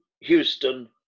Houston